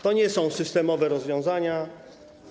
To nie są systemowe rozwiązania.